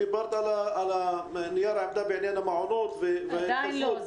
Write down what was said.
שדיברת על נייר העמדה בעניין המעונות --- עדיין לא,